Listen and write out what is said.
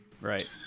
Right